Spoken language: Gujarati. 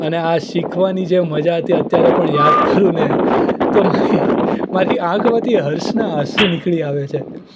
અને આ શીખવાની જે મજા હતી અત્યારે પણ યાદ કરુંને તો મારી મારી આંખમાંથી હર્ષના આંસુ નીકડી આવે છે